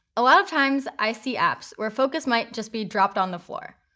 a lot of times, i see apps where focus might just be dropped on the floor.